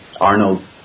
Arnold